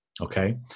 okay